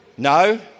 No